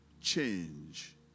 change